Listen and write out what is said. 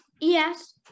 Yes